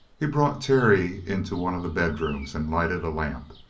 he brought terry into one of the bedrooms and lighted a lamp.